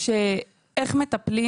איך מטפלים